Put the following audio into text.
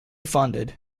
funded